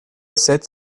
sept